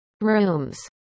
rooms